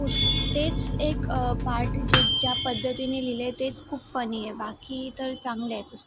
पुस् तेच एक पार्ट जे ज्या पद्धतीने लिहिलं आहे तेच खूप फनी आहे बाकी तर चांगलं आहे पुस्